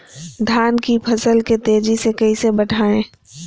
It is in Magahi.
धान की फसल के तेजी से कैसे बढ़ाएं?